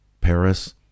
Paris